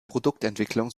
produktentwicklung